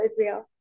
Israel